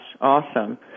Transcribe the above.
awesome